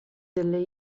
delle